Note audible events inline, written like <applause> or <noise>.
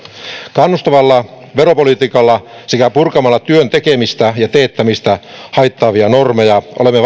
kannustavalla veropolitiikalla sekä purkamalla työn tekemistä ja teettämistä haittaavia normeja olemme <unintelligible>